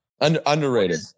underrated